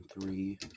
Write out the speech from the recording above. three